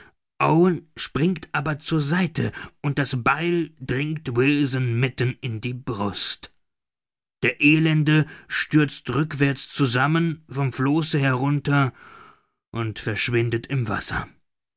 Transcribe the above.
springt aber zur seite und das beil dringt wilson mitten in die brust der elende stürzt rückwärts zusammen vom flosse herunter und verschwindet im wasser